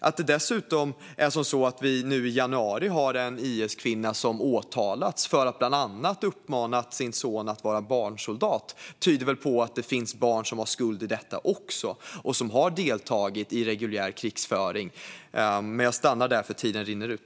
Att en IS-kvinna dessutom nu i januari åtalats bland annat för att ha uppmanat sin son att vara barnsoldat tyder väl på att det finns barn som har skuld i detta också och som har deltagit i reguljär krigföring. Jag stannar där, för tiden rinner ut.